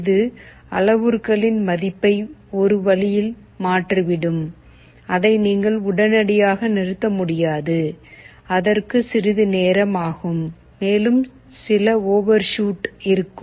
இது அளவுருக்ககளின் மதிப்பை ஒரு வழியில் மாற்றிவிடும் அதை நீங்கள் உடனடியாக நிறுத்த முடியாது அதற்கு சிறிது நேரம் ஆகும் மேலும் சில ஓவர்ஷூட் இருக்கும்